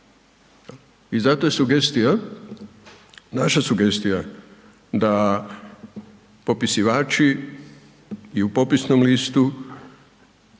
I zato je sugestija, naša sugestija da popisivači i u popisnom listu